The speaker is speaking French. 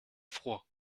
froid